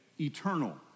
eternal